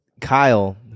Kyle